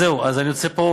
אז אני רוצה פה,